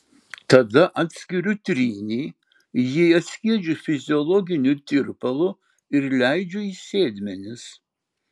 tada atskiriu trynį jį atskiedžiu fiziologiniu tirpalu ir leidžiu į sėdmenis